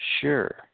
sure